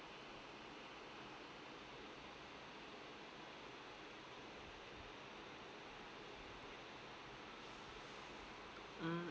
mm